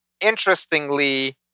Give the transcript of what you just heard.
Interestingly